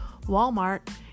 Walmart